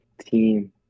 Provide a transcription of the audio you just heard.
team